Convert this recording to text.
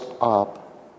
up